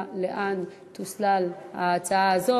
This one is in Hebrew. נא להוסיף לפרוטוקול את חבר הכנסת נסים זאב.